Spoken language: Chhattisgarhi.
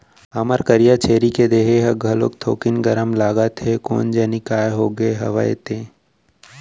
हमर करिया छेरी के देहे ह घलोक थोकिन गरम लागत हे कोन जनी काय होगे हवय ते?